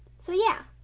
so yeah,